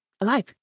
alive